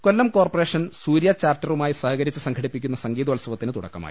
കൊല്ലം corporation Soorya ചാപ്റ്ററുമായി സഹകരിച്ച് സംഘടിപ്പിക്കുന്ന സംഗീതോത്സവത്തിന് തുടക്കമായി